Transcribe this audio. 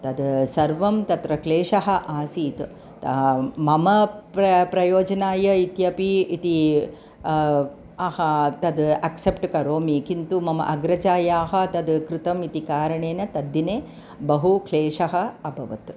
तद् सर्वं तत्र क्लेशः आसीत् त मम प्र प्रयोजनाय इत्यपि इति अहा तद् अक्सप्ट् करोमि किन्तु मम अग्रजायाः तद् कृतम् इति कारणेन तद्दिने बहु क्लेशः अभवत्